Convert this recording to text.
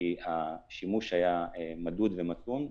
כי השימוש היה מדוד ומתון,